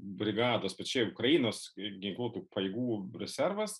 brigados pečioj ukrainos ginkluotųjų pajėgų rezervas